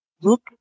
look